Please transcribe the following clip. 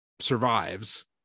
survives